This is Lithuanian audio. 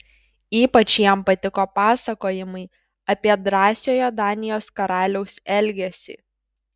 ypač jam patiko pasakojimai apie drąsiojo danijos karaliaus elgesį